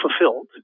fulfilled